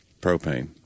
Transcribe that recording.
propane